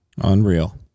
Unreal